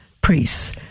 priests